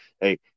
hey